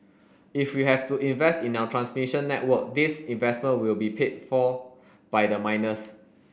if we have to invest in our transmission network these investment will be paid for by the miners